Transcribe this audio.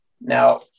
Now